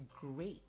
great